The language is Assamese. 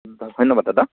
ধন্যবাদ দাদা